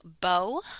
bow